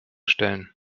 stellen